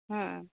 ᱦᱮᱸ